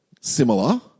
similar